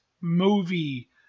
movie